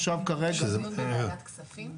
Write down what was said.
אתה מתכוון לדיון בוועדת כספים?